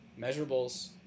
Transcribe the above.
measurables